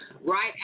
right